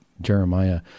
Jeremiah